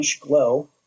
glow